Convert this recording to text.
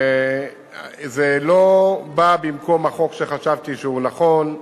וזה לא בא במקום החוק שחשבתי שהוא נכון,